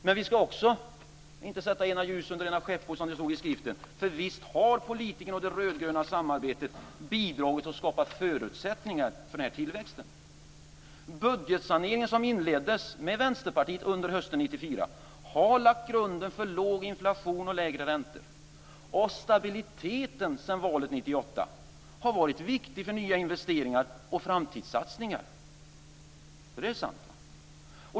Men vi ska inte heller sätta ljuset under ena skäppo, som det står i Skriften, för visst har politikerna och det rödgröna samarbetet bidragit till att skapa förutsättningar för denna tillväxt. Budgetsaneringen, som inleddes med Vänsterpartiet under hösten 1994, har lagt grunden för låg inflation och lägre räntor. Stabiliteten sedan valet 1998 har varit viktig för nya investeringar och framtidssatsningar. Det är sant.